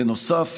בנוסף,